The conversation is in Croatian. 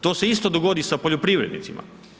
To se isto dogodi sa poljoprivrednicima.